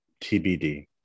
tbd